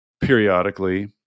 periodically